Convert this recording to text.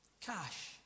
cash